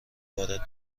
وارد